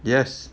yes